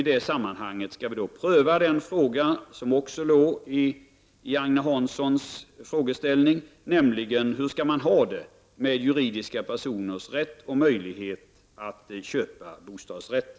I det sammanhanget skall vi pröva den fråga som Agne Hansson ställde, nämligen hur vi skall ha det med juridiska personers rätt och möjlighet att köpa bostadsrätter.